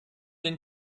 den